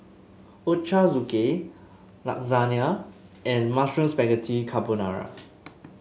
Ochazuke Lasagna and Mushroom Spaghetti Carbonara